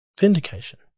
Vindication